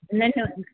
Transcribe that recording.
નેનોન